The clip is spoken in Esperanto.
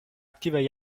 aktivaj